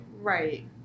Right